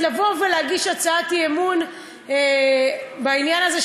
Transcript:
להגיש הצעת אי-אמון בעניין הזה,